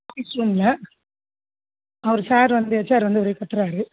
office ரூமில் அவர் sir வந்து ஹெச்ஆர் வந்து ஒரே கத்துறார்